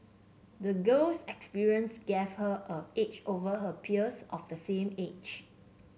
the girl's experience gave her an edge over her peers of the same age